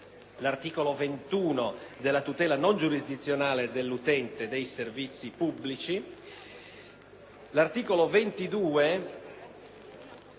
L'articolo 21 si occupa della tutela non giurisdizionale dell'utente dei servizi pubblici.